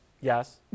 Yes